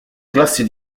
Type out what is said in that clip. classi